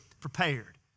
prepared